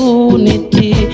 unity